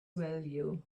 value